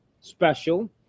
special